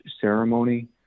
ceremony